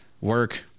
work